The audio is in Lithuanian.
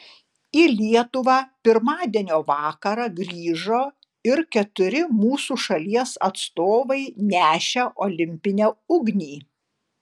į lietuvą pirmadienio vakarą grįžo ir keturi mūsų šalies atstovai nešę olimpinę ugnį